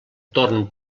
torn